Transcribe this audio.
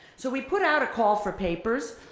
so we put out a call for papers,